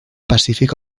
pacífic